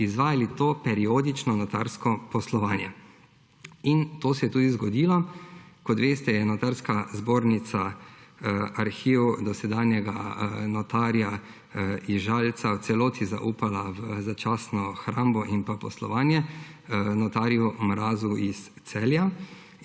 izvajali periodično to notarsko poslovanje. In to se je tudi zgodilo. Kot veste, je Notarska zbornica arhiv dosedanjega notarja iz Žalca v celoti zaupala v začasno hrambo in poslovanje notarju Mrazu iz Celja,